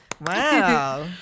Wow